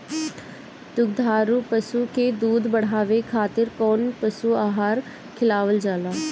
दुग्धारू पशु के दुध बढ़ावे खातिर कौन पशु आहार खिलावल जाले?